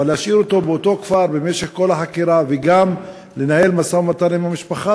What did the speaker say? אבל להשאיר אותו באותו כפר במשך כל החקירה וגם לנהל משא-ומתן עם המשפחה,